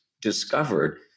discovered